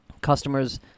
customers